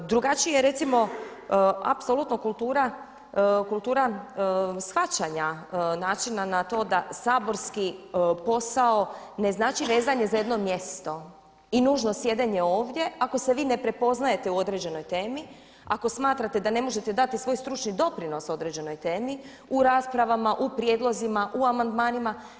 Drugačija je recimo apsolutno kultura shvaćanja načina na to da saborski posao ne znači vezanje za jedno mjesto i nužno sjedenje ovdje ako se vi ne prepoznajete u određenoj temi, ako smatrate da ne možete dati svoj stručni doprinos određenoj temi u raspravama, u prijedlozima, u amandmanima.